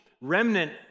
remnant